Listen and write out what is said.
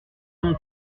nom